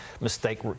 Mistake